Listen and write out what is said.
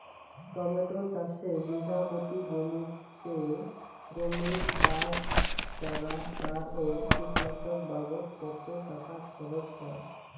Tomato চাষে বিঘা প্রতি জমিতে শ্রমিক, বাঁশ, চারা, সার ও কীটনাশক বাবদ কত টাকা খরচ হয়?